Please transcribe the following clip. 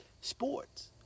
Sports